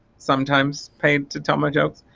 sometimes paid to tell my jokes.